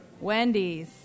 Wendy's